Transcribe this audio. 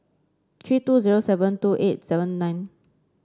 three two zero seven two eight seven nine